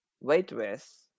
waitress